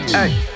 Hey